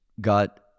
got